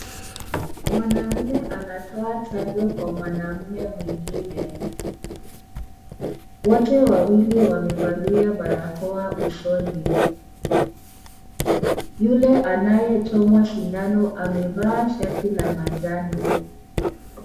MMwanamume anatoa chanjo kwa mwanamume mwingine. Wote wawili wamevalia barakoa usoni. Yule anayechomwa sindano amevaa shati la manjano.